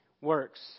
works